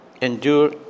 endure